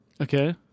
Okay